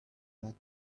that